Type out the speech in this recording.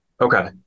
Okay